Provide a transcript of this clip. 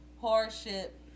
hardship